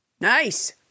Nice